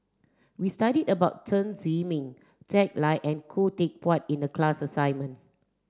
we studied about Chen Zhiming Jack Lai and Khoo Teck Puat in the class assignment